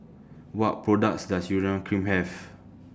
What products Does Urea Cream Have